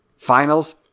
Finals